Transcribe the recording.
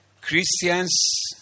Christians